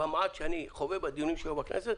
במעט שאני חווה בדיונים שהיו בכנסת,